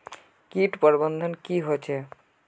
किट प्रबन्धन की होचे?